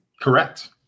Correct